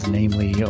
namely